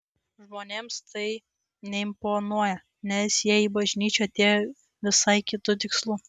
žmonėms tai neimponuoja nes jie į bažnyčią atėjo visai kitu tikslu